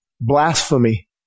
Blasphemy